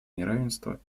неравенства